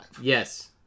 Yes